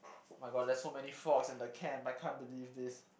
!oh-my-god! there's so many frogs in the camp I can't believe this